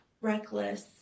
reckless